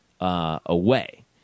away